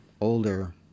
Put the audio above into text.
older